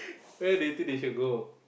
where do you think they should go